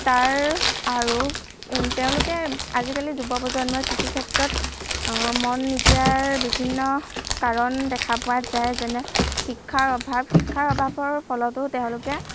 তাৰ আৰু তেওঁলোকে আজিকালি যুৱ প্ৰজন্মই কৃষি ক্ষেত্ৰত মন নিদিয়াৰ বিভিন্ন কাৰণ দেখা পোৱা যায় যেনে শিক্ষাৰ অভাৱ শিক্ষাৰ অভাৱৰ ফলতো তেওঁলোকে